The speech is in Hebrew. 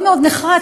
מאוד מאוד נחרץ,